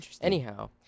anyhow